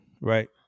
right